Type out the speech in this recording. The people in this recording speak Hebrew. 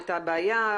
הייתה בעיה,